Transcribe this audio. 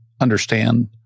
understand